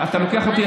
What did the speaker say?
אתה לוקח אותי,